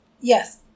Yes